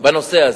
בנושא הזה.